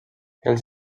els